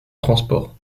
transport